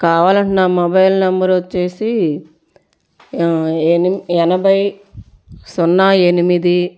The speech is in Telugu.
కావాలంటే నా మొబైలు నెంబర్ వచ్చేసి ఎనభై సున్నా ఎనిమిది